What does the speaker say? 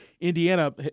Indiana